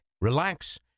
relax